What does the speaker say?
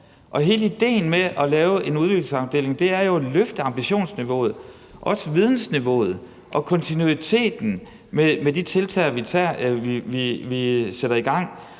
Hele idéen med at lave en udviklingsafdeling er jo at løfte ambitionsniveauet og også vidensniveauet og kontinuiteten i de tiltag, vi sætter i gang.